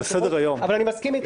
אבל אני מסכים אתך.